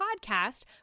podcast